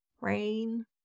rain